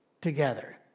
together